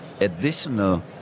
additional